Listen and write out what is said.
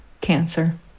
Cancer